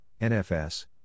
NFS